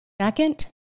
Second